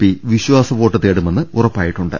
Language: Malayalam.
പി വിശ്വാസവോട്ട് നേടുമെന്ന് ഉറപ്പായിട്ടുണ്ട്